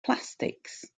plastics